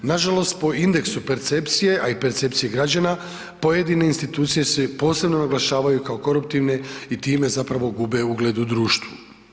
Nažalost po indeksu percepcije, a i percepcije građana, pojedine institucije se posebno naglašavaju kao koruptivne i time zapravo gube ugled u društvu.